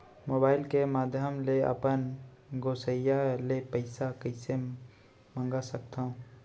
Mobile के माधयम ले अपन गोसैय्या ले पइसा कइसे मंगा सकथव?